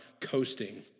coasting